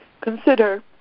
Consider